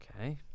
Okay